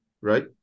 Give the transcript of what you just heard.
right